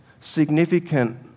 significant